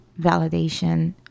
validation